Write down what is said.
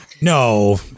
No